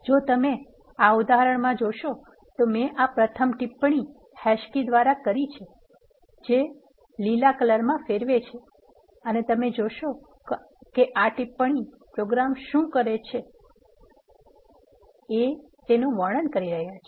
જો તમે આ ઉદાહરણમાં જોશો તો મેં આ પ્રથમ ટિપ્પણી હેશ કી દ્વારા કરી છે જે લીલા કલરમાં ફેરવે છે અને તમે જોશો કે આ ટિપ્પણી પ્રોગ્રામ શું કરે છે તેનું વર્ણન કરી રહ્યા છે